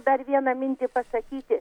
dar vieną mintį pasakyti